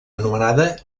anomenada